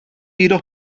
jedoch